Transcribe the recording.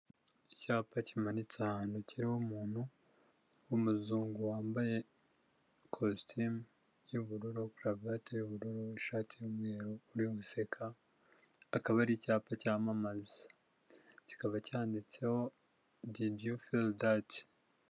Icyapa kimanitse ahantu, kiriho umuntu w'umuzungu wambaye ikositimu y'ubururu, karovate y'ubururu, ishati y'umweru, urimo useka, akaba ari icyapa cyamamaza, kikaba cyanditseho, didiyu fili dati.